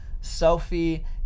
Sophie